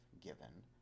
given